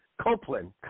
Copeland